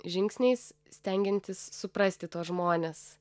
žingsniais stengiantis suprasti tuos žmones